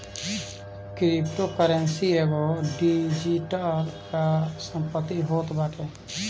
cryptocurrency एगो digital संपत्ति होत बाटे